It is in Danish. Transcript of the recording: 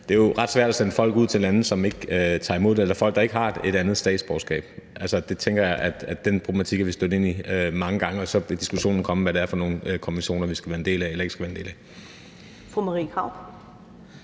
Det er jo ret svært at sende folk ud til lande, som ikke tager imod dem, altså hvis folk ikke har et andet statsborgerskab. Det tænker jeg er en problematik, vi er stødt ind i mange gange. Og så vil diskussionen om, hvad det er for nogle konventioner, vi skal være en del af eller ikke skal være en del af,